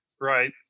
right